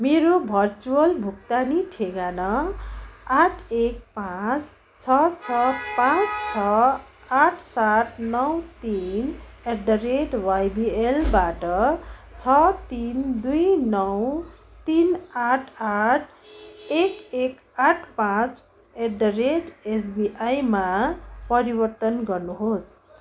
मेरो भर्चुअल भुक्तानी ठेगाना आठ एक पाँच छ छ पाँच छ आठ सात नौ तिन एट द रेट वाइबिएलबाट छ तिन दुई नौ तिन आठ आठ एक एक आठ पाँच एट द रेट एसबिआईमा परिवर्तन गर्नुहोस्